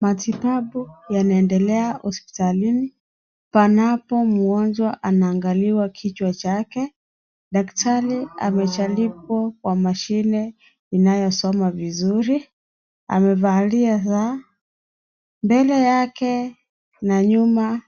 Matibabu yanaendelea hospitalini panapo mgonjwa anaangaliwa kichwa chake. Daktari amejaribu kwa mashine inayosoma vizuri, amevalia saa. Mbele yake na nyuma